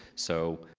so